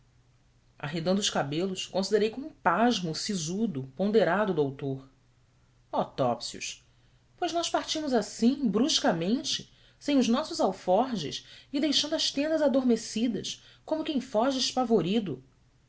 arredando os cabelos considerei com pasmo o sisudo ponderado doutor oh topsius pois nós partimos assim bruscamente sem os nossos alforjes e deixando as tendas adormecidas como quem foge